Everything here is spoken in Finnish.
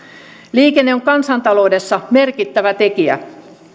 liikenne on kansantaloudessa merkittävä tekijä